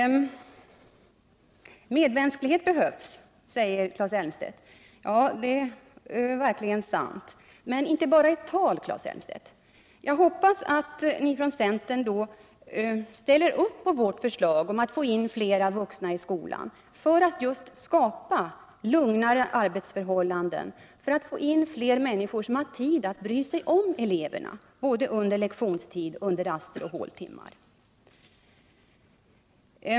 Medmänsklighet behövs, sade Claes Elmstedt. Ja, det är verkligen sant, men inte bara i tal. Jag hoppas att ni från centern ställer upp på vårt förslag om att få in flera vuxna i skolan för att skapa lugnare arbetsförhållanden och för att få in flera människor som har tid att bry sig om eleverna både under lektionstid samt under raster och håltimmar.